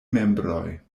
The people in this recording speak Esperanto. membroj